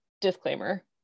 disclaimer